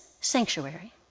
sanctuary